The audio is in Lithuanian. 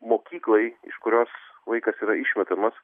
mokyklai iš kurios vaikas yra išmetamas